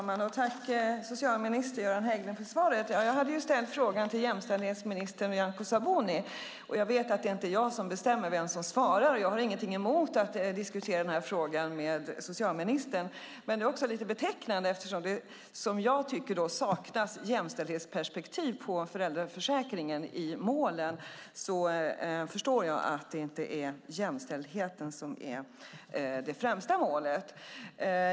Fru talman! Tack, socialminister Göran Hägglund, för svaret! Jag hade ställt frågan till jämställdhetsminister Nyamko Sabuni, och jag vet att jag inte bestämmer vem som svarar. Jag har inget emot att diskutera frågan med socialministern, men det är också lite betecknande. Eftersom jag tycker att det saknas ett jämställdhetsperspektiv på föräldraförsäkringen i målen förstår jag att det inte är jämställdheten som är det främsta målet.